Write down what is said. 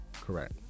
Correct